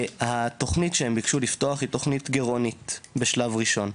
התוכנית שהם ביקשו לפתוח היא תוכנית גרעונית בשלב ראשון.